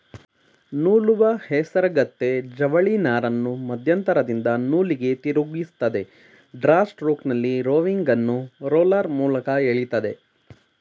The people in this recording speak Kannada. ನೂಲುವ ಹೇಸರಗತ್ತೆ ಜವಳಿನಾರನ್ನು ಮಧ್ಯಂತರದಿಂದ ನೂಲಿಗೆ ತಿರುಗಿಸ್ತದೆ ಡ್ರಾ ಸ್ಟ್ರೋಕ್ನಲ್ಲಿ ರೋವಿಂಗನ್ನು ರೋಲರ್ ಮೂಲಕ ಎಳಿತದೆ